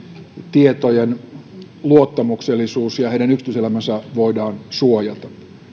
tietojen luottamuksellisuus ja heidän yksityiselämänsä voidaan suojata